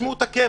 תשמעו את הכאב,